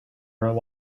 rely